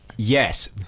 Yes